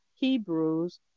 Hebrews